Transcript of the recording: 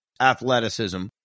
athleticism